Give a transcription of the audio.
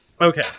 Okay